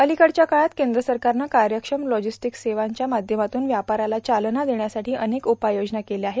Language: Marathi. अलिकडच्या काळत केंद्र सरकारने कार्यक्षम लॉजिस्टिक्स सेवांच्या माध्यमातून व्यापाराला चालवा देण्यासाठी अबेक उपाययोजना केल्या आहेत